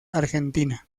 argentina